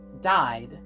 died